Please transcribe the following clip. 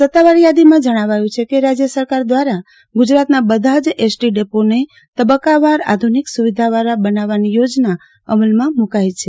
સત્તાવાર યાદીમાં જણાવ્યું છે કે રાજ્ય સરકાર દ્વારા ગુજરાતના બધા જ એસટી ડેપોને તબક્કાવાર આધુનિક સુવિધાવાળા બનાવવાની યોજના અમલમાં મૂકાઈ છે